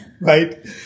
Right